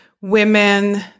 women